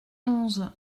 onze